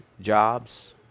jobs